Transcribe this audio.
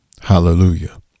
Hallelujah